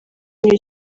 muri